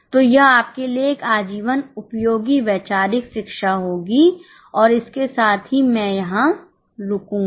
तो यह आपके लिए एक आजीवन उपयोगी वैचारिक शिक्षा होगी और इसके साथ ही मैं यहां रुकूंगा